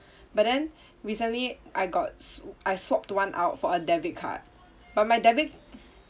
but then recently I got sw~ I swapped one out for a debit card but my debit